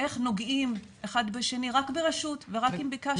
איך נוגעים אחד בשני-רק ברשות ורק אם ביקשת רשות.